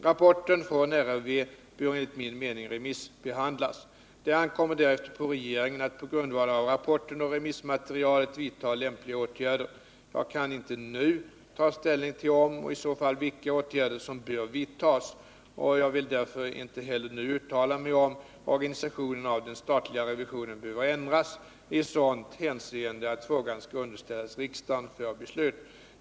Rapporten från RRV bör enligt min mening remissbehandlas. Det ankommer därefter på regeringen att på grundval av rapporten och remissmaterialet vidta lämpliga åtgärder. Jag kan inte nu ta ställning till om åtgärder bör vidtas och i så fall vilka. Jag vill därför inte heller nu uttala mig om huruvida organisationen av den statliga revisionen behöver ändras i sådant avseende att frågan skall underställas riksdagen för beslut.